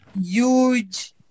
huge